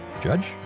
Judge